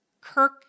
Kirk